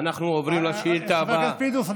חבר הכנסת פינדרוס,